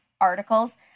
articles